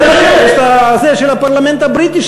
זה של הפרלמנט הבריטי,